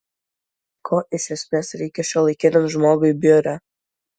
ko iš esmės reikia šiuolaikiniam žmogui biure